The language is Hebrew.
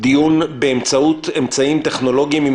דיון באמצעות אמצעים טכנולוגיים עם